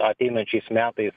ateinančiais metais